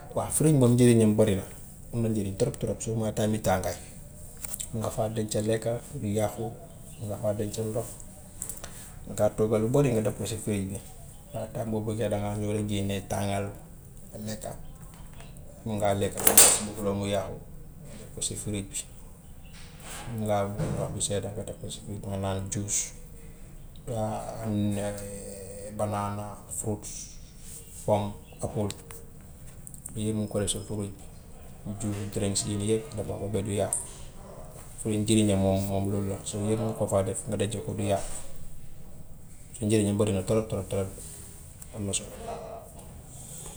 Waa fridge moom njëriñam bari na, am na njëriñ trop trop surement time mi tàngaay, mun nga faa denc lekka du yàqu, mun nga faa denc ndox mun ngaa togga lu bari nga def ko si fridge bi waaye time boo bëggee dangaa ñëw rek génne tàngal nga lekka, mun ngaa lekka bu- bugguloo mu yàqu nga def ko si fridge bi. Mun ngaa wut ndox bu sedda nga def ko si fridge bi nga naan juice, waa banaana, fruit, pomme, apple, yooyu mun nga koo def sa fridge juice, drinks, yooyu yëpp def ko fa ba du yàqu. Fridge njëriñam moom moom loolu la so yëpp mun nga ko faa def nga denc ko du yàqu njëriñam bari na trop trop trop am na solo.